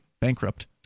bankrupt